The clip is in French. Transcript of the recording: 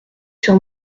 sur